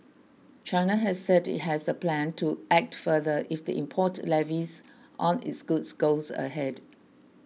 China has said it has a plan to act further if the import levies on its goods goes ahead